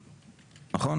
נכון?